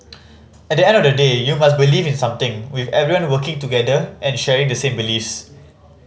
at the end of the day you must believe in something with everyone working together and sharing the same beliefs